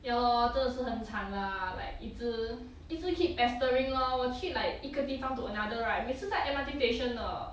ya lor 真的是很惨 lah like 一直一直 keep pestering lor 我去 like 一个地方 to another right 每次在 M_R_T station 的